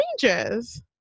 changes